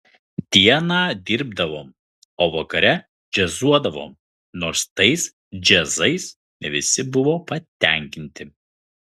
dieną dirbdavom o vakare džiazuodavom nors tais džiazais ne visi buvo patenkinti